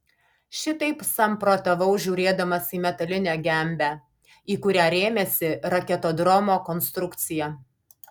šitaip samprotavau žiūrėdamas į metalinę gembę į kurią rėmėsi raketodromo konstrukcija